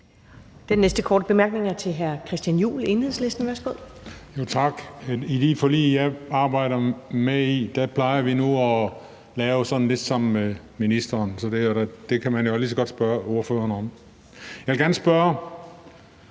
Den næste korte bemærkning er til hr. Christian Juhl, Enhedslisten. Værsgo. Kl. 15:14 Christian Juhl (EL): Tak. I de forlig, jeg arbejder med, plejer vi nu at lave det sådan lidt sammen med ministeren, så det kan man jo lige så godt spørge ordføreren om, og jeg vil gerne spørge